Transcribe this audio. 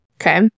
okay